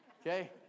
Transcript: Okay